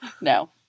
No